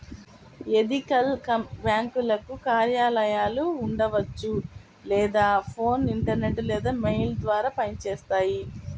ethical బ్యేంకులకు కార్యాలయాలు ఉండవచ్చు లేదా ఫోన్, ఇంటర్నెట్ లేదా మెయిల్ ద్వారా పనిచేస్తాయి